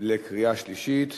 לקריאה שלישית.